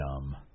dumb